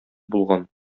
булган